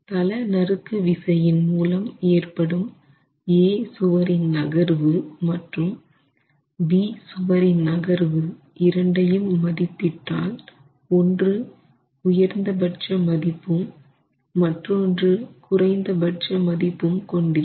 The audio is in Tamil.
தள நறுக்கு விசையின் மூலம் ஏற்படும் A சுவரின் நகர்வு மற்றும் B சுவரின் நகர்வு இரண்டையும் மதிப்பிட்டால் ஒன்று உயர்ந்தபட்ச மதிப்பும் மற்றொன்று குறைந்தபட்ச மதிப்பும் கொண்டிருக்கும்